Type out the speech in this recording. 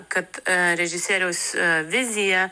kad režisieriaus vizija